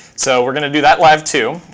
so we're going to do that live too,